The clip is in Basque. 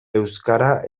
euskara